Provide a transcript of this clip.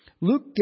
Luke